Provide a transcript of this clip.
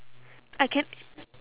I can~